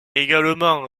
également